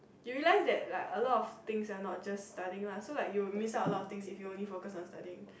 you realize that like a lot of things are not just studying lah so like you will miss out a lot of things if you only focus on studying